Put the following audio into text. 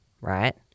right